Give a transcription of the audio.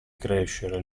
crescere